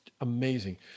amazing